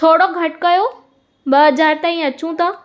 थोरो घटि कयो ॿ हज़ार ताईं अचूं था